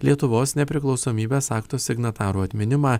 lietuvos nepriklausomybės akto signatarų atminimą